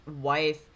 wife